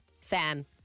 Sam